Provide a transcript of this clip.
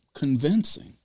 convincing